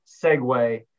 segue